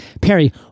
perry